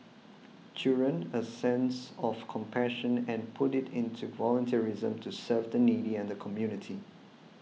children a sense of compassion and put it into volunteerism to serve the needy and the community